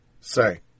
say